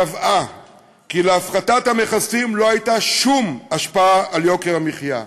קבעה כי להפחתת המכסים לא הייתה שום השפעה על יוקר המחיה,